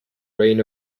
reign